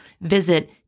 Visit